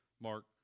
Mark